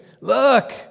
Look